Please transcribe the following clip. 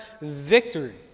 victory